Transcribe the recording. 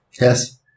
Yes